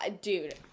dude